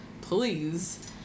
Please